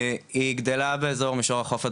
היא גדלה באזור מישור החוף הדרומי,